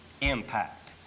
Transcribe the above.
impact